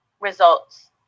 results